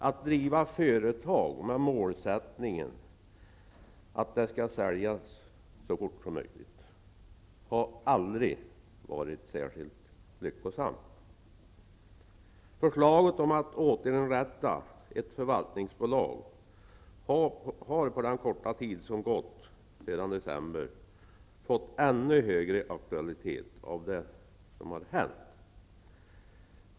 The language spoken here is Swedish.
Att driva ett företag med målsättningen att det skall säljas så fort som möjligt har aldrig varit särskilt lyckosamt. Förslaget att återinrätta ett förvaltningsbolag har på den korta tid som gått sedan december fått ännu högre aktualitet av det som hänt.